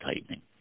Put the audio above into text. tightening